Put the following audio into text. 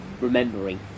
remembering